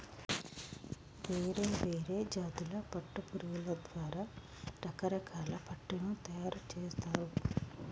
వేరే వేరే జాతుల పట్టు పురుగుల ద్వారా రకరకాల పట్టును తయారుచేస్తారు